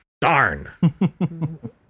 Darn